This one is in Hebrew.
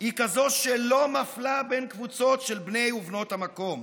היא כזאת שלא מפלה בין קבוצות של בני ובנות המקום.